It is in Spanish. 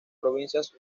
provincias